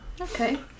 Okay